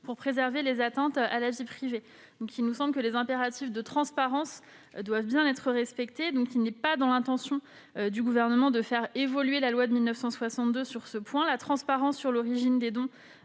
pour éviter les atteintes à la vie privée. Les impératifs de transparence sont donc bien respectés et il n'est pas dans l'intention du Gouvernement de faire évoluer la loi de 1962 sur ce point. La transparence sur l'origine des dons